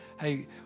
Hey